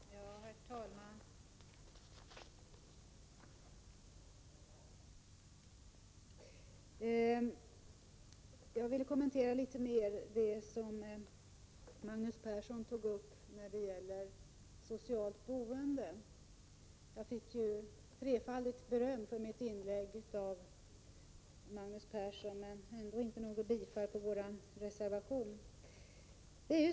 Herr talman! Jag vill kommentera litet av det som Magnus Persson tog upp när det gäller socialt boende. Jag fick trefaldigt beröm av honom för mitt inlägg, men jag fick ändå inget bifall för vpk:s reservation.